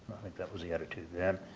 think that was the attitude then.